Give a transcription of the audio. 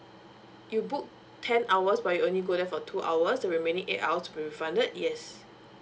you book ten hours but you only go there for two hours the remaining eight hours will be refunded yes